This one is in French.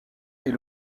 est